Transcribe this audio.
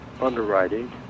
underwriting